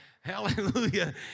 Hallelujah